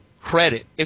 credit